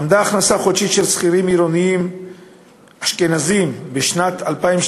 עמדה ההכנסה החודשית של שכירים עירונים אשכנזים בשנת 2012